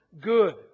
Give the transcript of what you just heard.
good